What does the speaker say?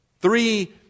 Three